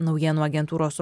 naujienų agentūros